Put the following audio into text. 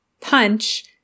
punch